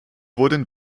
wurden